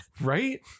Right